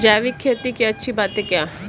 जैविक खेती की अच्छी बातें क्या हैं?